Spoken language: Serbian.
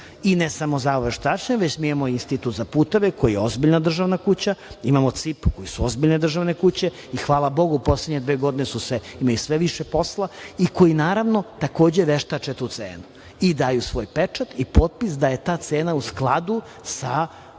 i ne samo Zavod za veštačenje, nego mi imamo Institut za puteve koji je je ozbiljna državna kuća, imamo CIP, koje su ozbiljne državne kuće i hvala Bogu u poslednje dve godine su imali sve više posla i koji takođe veštače tu cenu i daju svoj pečat i potpis da je ta cena u skladu sa